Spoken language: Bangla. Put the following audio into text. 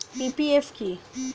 পি.পি.এফ কি?